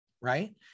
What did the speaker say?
right